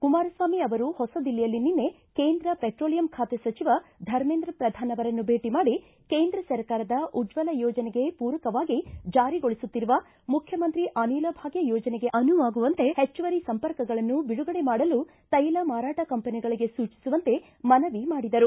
ಕುಮಾರಸ್ವಾಮಿ ಅವರು ಹೊಸ ದಿಲ್ಲಿಯಲ್ಲಿ ನಿನ್ನೆ ಕೇಂದ್ರ ಪೆಟ್ರೋಲಿಯಂ ಖಾತೆ ಸಚಿವ ಧರ್ಮೇಂದ್ರ ಪ್ರಧಾನ್ ಅವರನ್ನು ಭೇಟ ಮಾಡಿ ಕೇಂದ್ರ ಸರ್ಕಾರದ ಉಜ್ವಲ ಯೋಜನೆಗೆ ಪೂರಕವಾಗಿ ಜಾರಿಗೊಳಿಸುತ್ತಿರುವ ಮುಖ್ಯಮಂತ್ರಿ ಅನಿಲ ಭಾಗ್ಯ ಯೋಜನೆಗೆ ಅನುವಾಗುವಂತೆ ಹೆಚ್ಚುವರಿ ಸಂಪರ್ಕಗಳನ್ನು ಬಿಡುಗಡೆ ಮಾಡಲು ತೈಲ ಮಾರಾಟ ಕಂಪೆನಿಗಳಿಗೆ ಸೂಚಿಸುವಂತೆ ಮನವಿ ಮಾಡಿದರು